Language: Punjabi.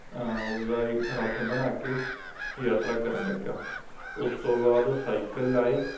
ਉਸਦਾ ਇੱਕ ਰੱਥ ਬਣਾ ਕੇ ਯਾਤਰਾ ਕਰਨ ਲੱਗਾ ਉਸ ਤੋਂ ਬਾਅਦ ਸਾਈਕਲ ਆਏ